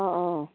অঁ অঁ